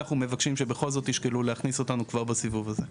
אנחנו מבקשים שבכל זאת תשקלו בכל זאת להכניס אותנו כבר בסיבוב הזה.